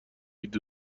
شرابی